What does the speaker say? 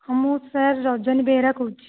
ହଁ ମୁଁ ସାର୍ ରଜନୀ ବେହେରା କହୁଛି